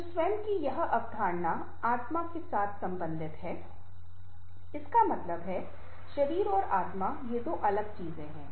तो स्वयं की यह अवधारणा आत्मा के साथ संबंधित हैं इसका मतलब है शरीर और आत्मा ये दो अलग चीजें हैं